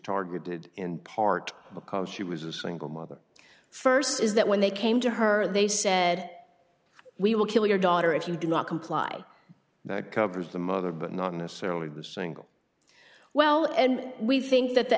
targeted in part because she was a single mother st is that when they came to her they said we will kill your daughter if you do not comply that covers the mother but not necessarily the single well and we think that the